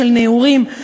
של נעורים.